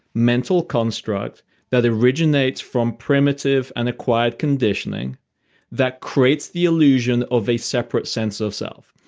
mental construct that originates from primitive and acquired conditioning that creates the illusion of a separate sense of self.